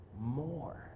more